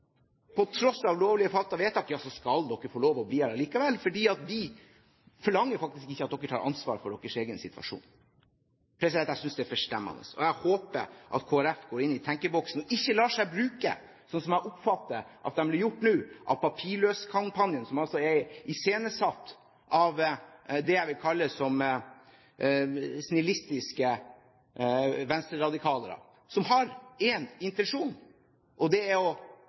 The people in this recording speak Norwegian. på tross av lovlig fattede vedtak, ja, så skal dere få lov til å bli her likevel, for vi forlanger faktisk ikke at dere tar ansvar for deres egen situasjon! Jeg synes det er forstemmende, og jeg håper at Kristelig Folkeparti går inn i tenkeboksen og ikke lar seg bruke, slik jeg oppfatter at de blir nå, av papirløskampanjen, som er iscenesatt av det jeg vil kalle snillistiske venstreradikalere som har én intensjon, og det er å